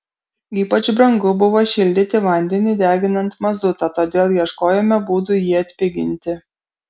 ypač brangu buvo šildyti vandenį deginant mazutą todėl ieškojome būdų jį atpiginti